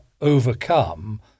overcome